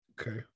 okay